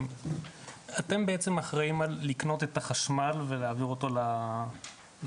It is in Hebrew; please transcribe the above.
אתם בעצם אחראים על לקנות את החשמל ולהעביר אותו לצרכנים,